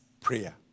prayer